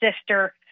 sister